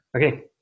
Okay